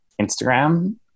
Instagram